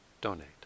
donate